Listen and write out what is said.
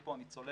ומפה אני צולל